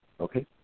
Okay